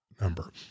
number